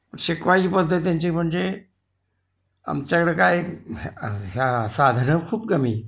शिकवायची पद्धती त्यांची म्हणजे आमच्याकडं काय साधनं खूप कमी